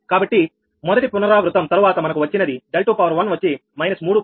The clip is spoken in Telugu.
కాబట్టి మొదటి పునరావృతం తరువాత మనకు వచ్చినది 21వచ్చి −3